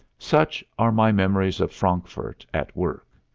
such are my memories of frankfurt at work.